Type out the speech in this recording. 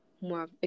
more